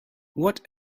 what